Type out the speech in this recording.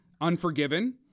unforgiven